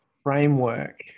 framework